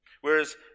Whereas